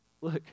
look